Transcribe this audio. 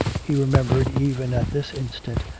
he remembered even at this instant,